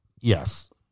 Yes